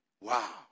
Wow